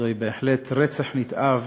זהו בהחלט רצח נתעב